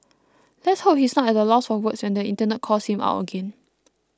let's hope he's not at a loss for words when the Internet calls him out again